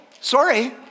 Sorry